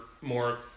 more